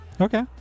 okay